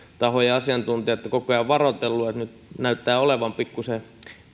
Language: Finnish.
tahojen asiantuntijat ovat koko ajan varoitelleet että nyt näyttää olevan pikkusen